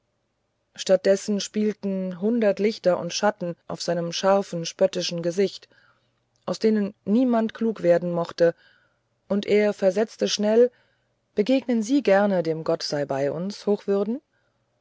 dessen spielten hundert lichter und schatten auf seinem scharfen spöttischen gesicht aus denen niemand klug werden mochte und er versetzte schnell begegnen sie gerne dem gottseibeiuns hochwürden